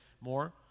more